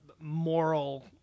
moral